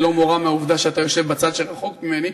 ללא מורא מהעובדה שאתה יושב בצד שרחוק ממני,